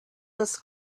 this